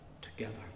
together